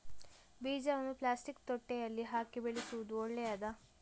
ಬೀಜವನ್ನು ಪ್ಲಾಸ್ಟಿಕ್ ತೊಟ್ಟೆಯಲ್ಲಿ ಹಾಕಿ ಬೆಳೆಸುವುದು ಒಳ್ಳೆಯದಾ?